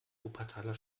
wuppertaler